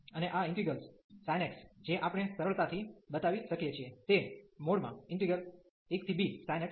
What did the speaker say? અને આ integral sine x જે આપણે સરળતાથી બતાવી શકીએ છીએ તે 1bsin x dx